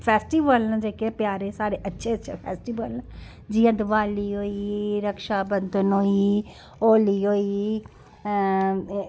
festival न जेह्के प्यारे साढ़े अच्छे अच्छे फेस्टिवल न जि'यां दिवाली होई रक्षा बंधन होई होली होई अं